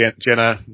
Jenna